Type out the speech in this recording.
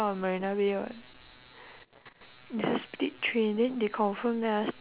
for me like I buy a computer for fun for wo~ for work only I don't bother